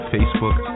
Facebook